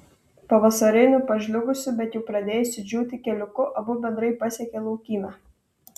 pavasariniu pažliugusiu bet jau pradėjusiu džiūti keliuku abu bendrai pasiekė laukymę